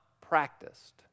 practiced